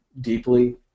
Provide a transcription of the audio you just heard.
deeply